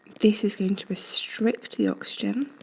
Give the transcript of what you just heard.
this is going to restrict the oxygen